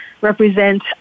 represent